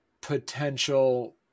potential